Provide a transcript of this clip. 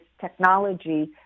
technology